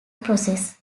process